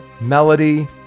melody